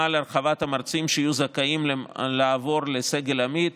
להרחבת המרצים שיהיו זכאים לעבור לסגל עמית,